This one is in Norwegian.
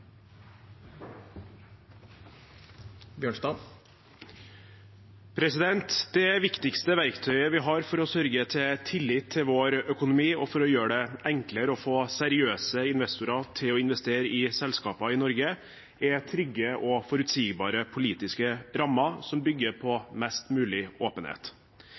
Det viktigste verktøyet vi har for å sørge for tillit til vår økonomi og for å gjøre det enklere å få seriøse investorer til å investere i selskaper i Norge, er trygge og forutsigbare politiske rammer som bygger på mest mulig åpenhet.